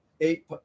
eight